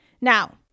Now